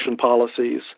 policies